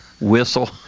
Whistle